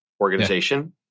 organization